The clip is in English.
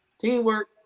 Teamwork